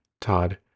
Todd